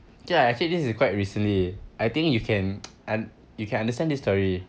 ya actually this is quite recently I think you can and you can understand this story